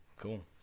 Cool